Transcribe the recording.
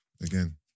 Again